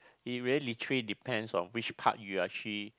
it really literally depends on which part you actually